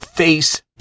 face